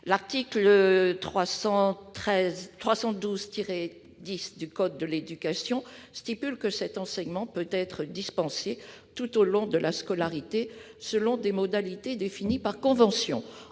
L'article L. 312-10 du code de l'éducation précise que cet enseignement peut être dispensé tout au long de la scolarité, selon des modalités définies par convention